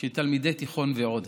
של תלמידי תיכון ועוד.